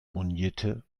monierte